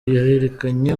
yerekanye